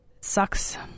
sucks